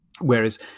Whereas